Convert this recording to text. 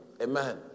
Amen